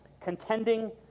contending